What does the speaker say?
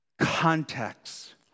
context